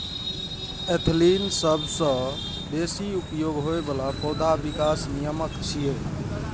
ethylene सबसं बेसी उपयोग होइ बला पौधा विकास नियामक छियै